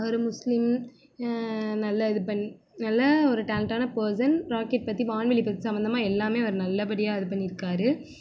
அவர் முஸ்லீம் நல்ல இது பண் நல்ல ஒரு டேலண்ட்டான பேர்சன் ராக்கெட் பற்றி வான்வெளி ப சம்மந்தமாக எல்லாமே அவர் நல்ல படியாக இது பண்ணி இருக்கார்